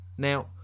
Now